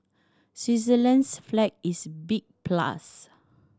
Switzerland's flag is big plus